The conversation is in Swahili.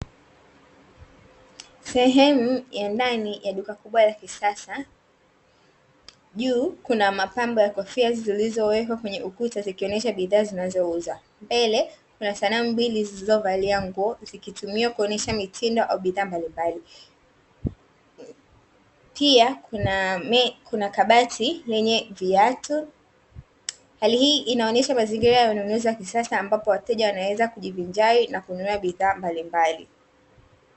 Sehemu ya ndani ya duka kubwa la kisasa, juu kuna mapambo ya kofia zilizowekwa kwenye ukuta zikionyesha bidhaa zinazouza, mbele kuna sanamu mbili zilizovalia nguo zikitumia kuonyesha mitindo au bidhaa mbalimbali. Pia kuna kabati lenye viatu hali hii inaonesha mazingira ya ununuzi wa kisasa, ambapo wateja wanaweza kujivinjari na kununua bidhaa mbalimbali.